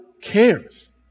cares